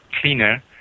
cleaner